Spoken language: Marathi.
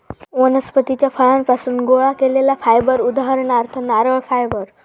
वनस्पतीच्या फळांपासुन गोळा केलेला फायबर उदाहरणार्थ नारळ फायबर